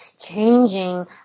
changing